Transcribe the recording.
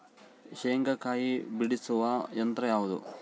ಶೇಂಗಾಕಾಯಿ ಬಿಡಿಸುವ ಯಂತ್ರ ಯಾವುದು?